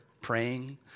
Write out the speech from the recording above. praying